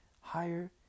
Higher